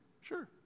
Sure